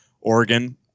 Oregon